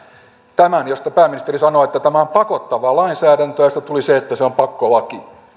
tämän josta pääministeri sanoi että tämä on pakottavaa lainsäädäntöä mistä tuli se että se on pakkolaki